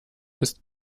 ist